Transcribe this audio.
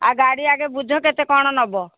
ଆଉ ଗାଡ଼ି ଆଗେ ବୁଝ କେତେ କ'ଣ ନେବ